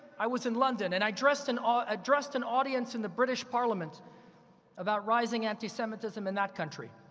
i was in london and i addressed an ah addressed an audience in the british parliament about rising anti-semitism in that country.